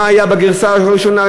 מה היה בגרסה הראשונה,